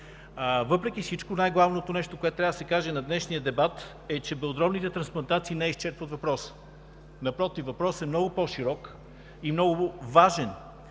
Въпреки всичко най-главното нещо, което трябва да се каже на днешния дебат е, че белодробните трансплантации не изчерпват въпроса. Напротив, въпросът е много по-широк и много важен,